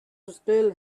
still